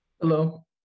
Hello